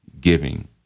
giving